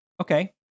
Okay